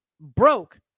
broke